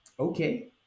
Okay